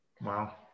wow